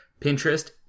Pinterest